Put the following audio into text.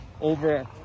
over